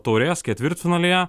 taurės ketvirtfinalyje